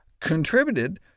contributed